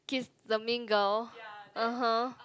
kiss the mean girl (uh huh)